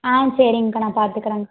ஆ சரிங்க்கா நான் பாத்துக்குறேன்க்கா